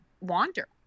wander